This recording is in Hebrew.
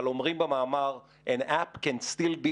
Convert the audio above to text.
אבל אומרים במאמר: An app can still be